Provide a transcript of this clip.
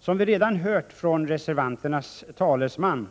Som vi redan hört från reservanternas talesman,